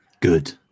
Good